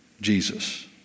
Jesus